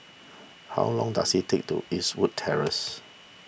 how long does it take to Eastwood Terrace